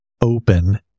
open